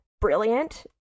brilliant